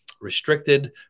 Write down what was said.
restricted